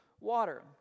water